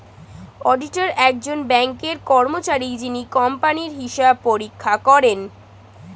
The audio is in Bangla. অডিটার একজন ব্যাঙ্কের কর্মচারী যিনি কোম্পানির হিসাব পরীক্ষা করেন